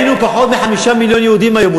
היינו פחות מ-5 מיליון יהודים היום,